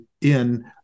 in-